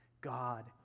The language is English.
God